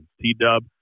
T-Dub